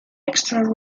extra